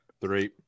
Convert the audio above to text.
three